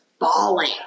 bawling